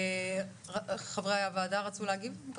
חברי הוועדה, רוצים להגיב?